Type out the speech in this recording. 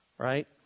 Right